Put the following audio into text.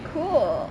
cool